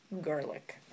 Garlic